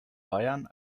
bayern